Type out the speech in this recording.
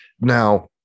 Now